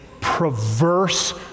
perverse